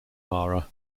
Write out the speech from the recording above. mara